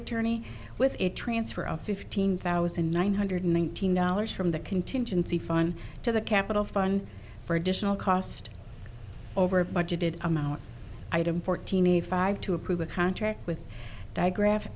attorney with a transfer of fifteen thousand nine hundred nineteen dollars from the contingency fund to the capital fund for additional cost over budgeted amount item fortini five to approve a contract with di gra